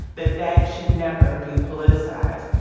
that that should never be politicized.